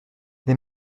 les